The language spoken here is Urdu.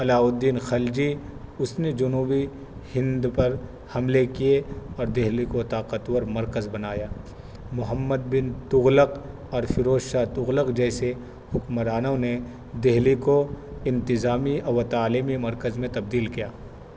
علاؤالدین خلجی اس نے جنوبی ہند پر حملے کیے اور دہلی کو طاقتور مرکز بنایا محمد بن تغلق اور فیروز شاہ تغلق جیسے حکمرانوں نے دہلی کو انتظامی و تعلیمی مرکز میں تبدیل کیا